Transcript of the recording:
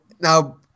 now